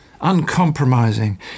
uncompromising